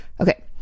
Okay